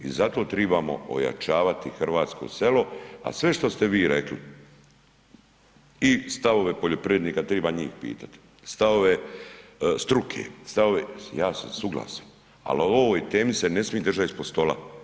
I zato trebamo ojačavati hrvatsko selo, a sve što ste vi rekli i stavove poljoprivrednika triba njih pitati, stavove struke, stavove, ja sam suglasan ali o ovoj temi se ne smije držati ispod stola.